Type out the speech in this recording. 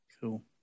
Cool